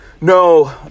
No